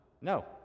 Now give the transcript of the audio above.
No